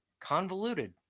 Convoluted